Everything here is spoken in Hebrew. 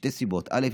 משתי סיבות: א.